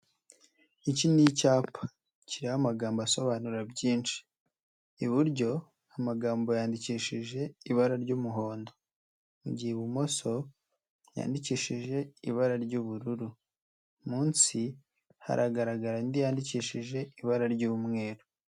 Iki ni icyapa, kiriho amagambo asobanura byinshi. Iburyo amagambo yandikishije ibara ry'umuhondo, mu gihe ibumoso yandikishije ibara ry'ubururu. Munsi haragaragara andi yandikishije ibara ry'umweru.